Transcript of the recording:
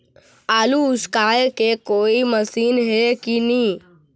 आलू उसकाय के कोई मशीन हे कि नी?